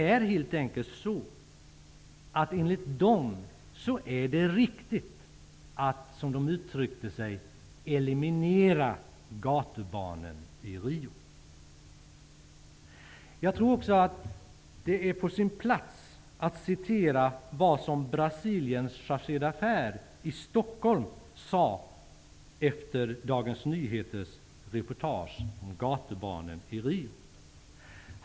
Enligt dessa är det riktigt att, som de uttryckte sig, eliminera gatubarnen i Rio. Det är också på sin plats att citera vad Brasiliens chargé-d'affaires i Stockholm sade efter Dagens Nyheters reportage om gatubarnen i Rio.